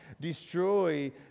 destroy